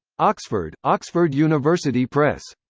oxford oxford university press.